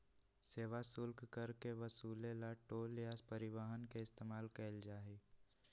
सेवा शुल्क कर के वसूले ला टोल या परिवहन के इस्तेमाल कइल जाहई